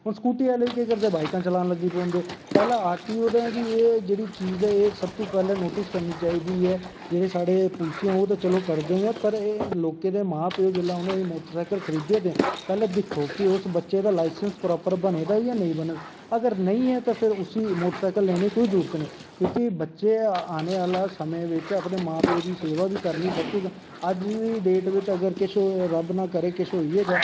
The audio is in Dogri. हून स्कूटूी आह्ले केह् करदे बाईकां चलान लगी पौंदे पैह्लैं आर टी ओ नै बी एह् गल्ल नोटिस करनी चाही दी ऐ जेह्ड़े साढ़े पुलसिये ओह् ते करदे गै पर एह् लोकें दे मां प्यो जिसलै मोटर सैकल खरीददे पैह्लैें दिक्खो प्रापर उस बच्चे दा लाईसैंस बने दा जां नेईं अगर नेईं ऐ तां फिर उसी मोटर सैकल लैने दी कोई जरूरत नी ऐ क्योंकि बच्चें आने आह्ले समें च अपनां मां प्यो दी सेवा बी करनी अज्ज दी डेट बिच्च रब्ब ना करे कुश होई गै जा